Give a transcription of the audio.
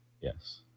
Yes